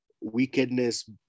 wickedness